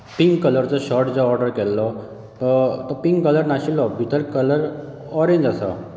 pink कलरचो shirt जो order केल्लो तो पिंक कलर नाशिल्लो भितर कलर ऑरेंज आसा